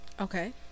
Okay